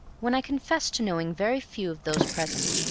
when i confessed to knowing very few of those present,